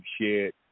shared